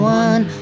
one